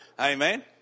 Amen